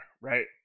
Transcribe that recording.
right